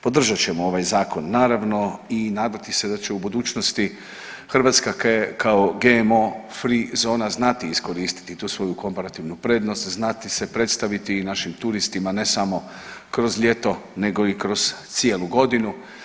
Podržat ćemo ovaj zakon naravno i nadati se da će u budućnosti Hrvatska kao GMO free zona znati iskoristiti tu svoju komparativnu prednost, znati se predstaviti i našim turistima, ne samo kroz ljeto nego i kroz cijelu godinu.